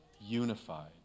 unified